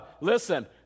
listen